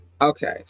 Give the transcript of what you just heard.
okay